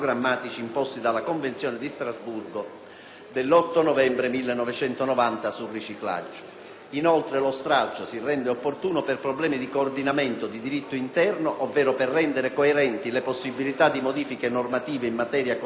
dell'8 novembre 1990 sul riciclaggio. Inoltre, lo stralcio si rende opportuno per problemi di coordinamento di diritto interno, ovvero per rendere coerenti le possibilità di modifiche normative in materia con l'intero sistema sanzionatorio penale di settore,